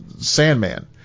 Sandman